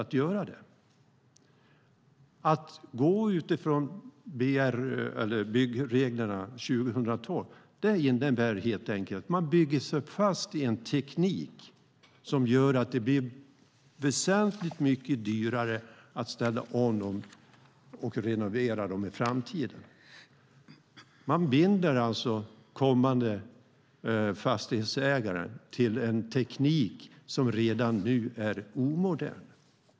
Att utgå från byggreglerna för 2012 innebär helt enkelt att man bygger sig fast i en teknik som gör att det blir väsentligt mycket dyrare att ställa om och renovera i framtiden. Man binder alltså kommande fastighetsägare till en teknik som redan nu är omodern.